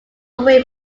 away